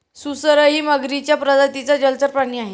सुसरही मगरीच्या प्रजातीचा जलचर प्राणी आहे